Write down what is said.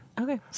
Okay